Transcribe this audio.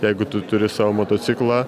jeigu tu turi savo motociklą